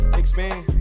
expand